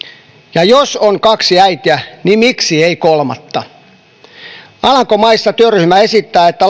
ja jos on kaksi äitiä niin miksi ei kolmatta alankomaissa työryhmä esittää että